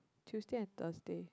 Tuesday and Thursday